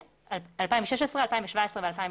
2017 ו-2018,